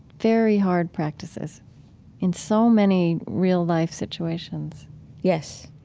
very hard practices in so many real-life situations yes.